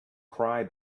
cry